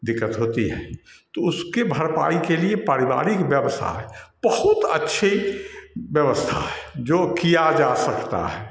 दिक्कत होती है तो उसके भरपाई के लिए पारिवारिक व्यवसाय बहुत अच्छी व्यवस्था है जो किया जा सकता है